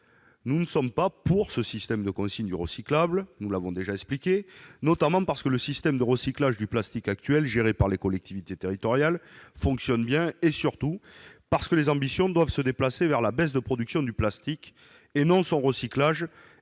Nous ne sommes pas pour ce système de consigne du recyclable- nous l'avons déjà expliqué -, notamment parce que le système actuel de recyclage du plastique, géré par les collectivités territoriales, fonctionne bien, et surtout parce que les ambitions doivent se déplacer vers la baisse de production du plastique, et non se cantonner